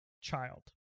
child